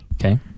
Okay